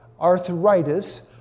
arthritis